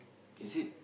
is it